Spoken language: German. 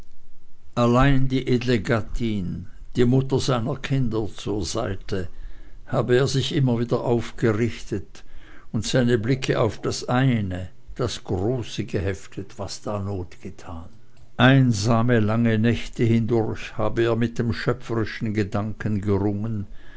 allein die edle gattin die mutter seiner kinder zur seite habe er sich immer wieder aufgerichtet und seine blicke auf das eine das große geheftet was da not getan einsame lange nächte hindurch habe er mit dem schöpferischen gedanken gerungen